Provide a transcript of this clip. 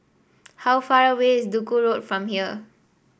how far away is Duku Road from here